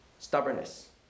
Stubbornness